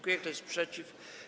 Kto jest przeciw?